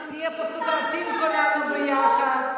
אנחנו נהיה פה סוכרתיים כולנו ביחד.